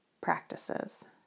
practices